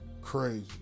crazy